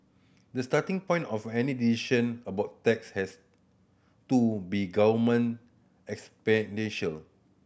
the starting point of any decision about tax has to be government expenditure